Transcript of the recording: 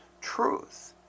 truth